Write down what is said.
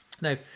Now